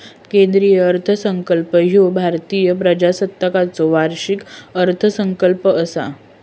केंद्रीय अर्थसंकल्प ह्या भारतीय प्रजासत्ताकाचो वार्षिक अर्थसंकल्प असा